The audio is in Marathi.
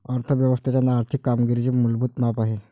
अर्थ व्यवस्थेच्या आर्थिक कामगिरीचे मूलभूत माप आहे